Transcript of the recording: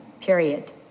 period